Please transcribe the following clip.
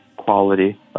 Quality